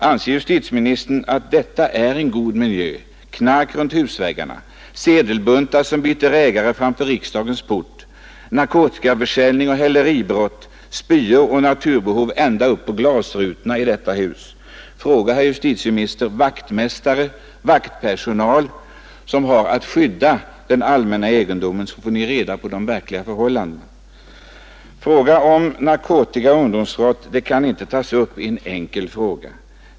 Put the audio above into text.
Anser justitieministern att detta är en god miljö: knark runt husväggarna, sedelbuntar som byter ägare framför riksdagens port, narkotikaförsäljning och häleribrott, spyor och naturbehov ända upp på glasrutorna i detta hus? Fråga, herr justitieminister, vaktmästare och vaktpersonal, som har att skydda den allmänna egendomen, så får Ni reda på de verkliga förhållandena! Problemen med narkotikaoch ungdomsbrott kan inte tas upp i en enkel fråga.